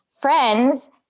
friends